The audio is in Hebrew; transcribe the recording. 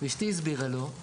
אשתי הסבירה לו,